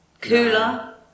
Cooler